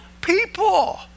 people